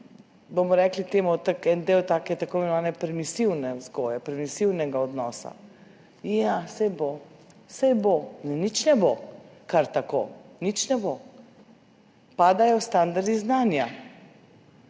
bomo rekli temu, en del tako imenovane permisivne vzgoje, permisivnega odnosa: »Ja, saj bo, saj bo.« Ne, nič ne bo kar tako. Nič ne bo. Padajo standardi znanja.